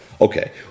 Okay